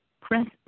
press